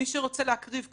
מי שרוצה להקריב קורבן,